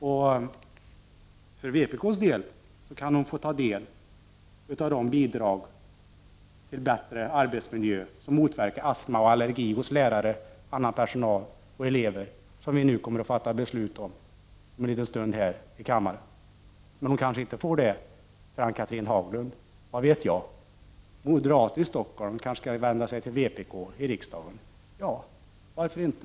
För vpk:s vidkommande kan hon få ta en del av det bidrag till bättre arbetsmiljö som skall motverka astma och allergi hos lärare och annan personal och elever. Detta skall vi fatta beslut om här i kammaren om en liten stund. Hon kanske inte får det för Ann-Cathrine Haglund. Moderater i Stockholm skall kanske vända sig till vpk i riksdagen. Ja, varför inte?